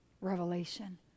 revelation